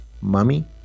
mummy